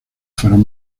fueron